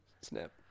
snap